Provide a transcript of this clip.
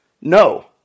No